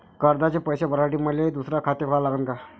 कर्जाचे पैसे भरासाठी मले दुसरे खाते खोला लागन का?